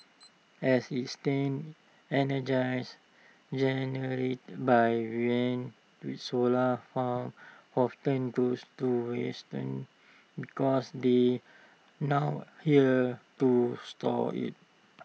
as its stands energize generated by wind solar farms often goes to wasting because they nowhere to store IT